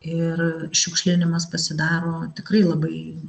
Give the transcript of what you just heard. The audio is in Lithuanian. ir šiukšlinimas pasidaro tikrai labai